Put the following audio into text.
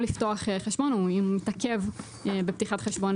לפתוח חשבון או אם הוא מתעכב בפתיחת חשבון